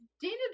Dana